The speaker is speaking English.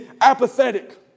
apathetic